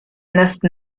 nest